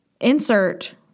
insert